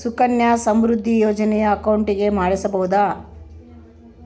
Sukanya Samriddhi Yojana account ಮಾಡಿಸಬಹುದಾ?